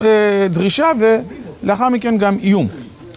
דרישה ולאחר מכן גם איום